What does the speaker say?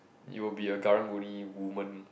you will be a Karang-Guni woman